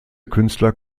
künstler